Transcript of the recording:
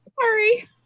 Sorry